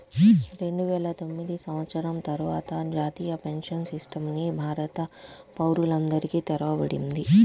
రెండువేల తొమ్మిది సంవత్సరం తర్వాత జాతీయ పెన్షన్ సిస్టమ్ ని భారత పౌరులందరికీ తెరవబడింది